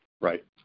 Right